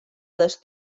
les